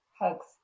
hugs